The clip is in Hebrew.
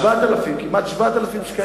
7,000, כמעט 7,000 שקלים.